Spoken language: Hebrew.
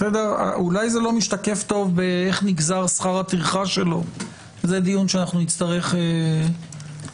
אולי זה לא משתקף טוב באיך נגזר שכר הטרחה שלו וזה דיון שנצטרך לקיים.